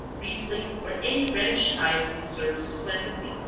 riesling or any rhenish type will serve splendidly.